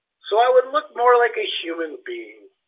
so i would look more like a human being.